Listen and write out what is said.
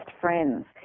friends